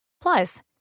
Plus